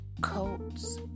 coats